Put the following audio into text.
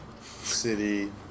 city